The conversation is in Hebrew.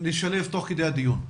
נשלב תוך כדי הדיון.